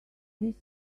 this